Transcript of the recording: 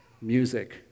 music